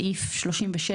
סעיף 36,